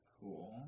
Cool